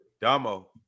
Damo